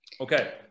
Okay